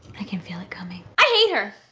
i can feel it coming. i hate her!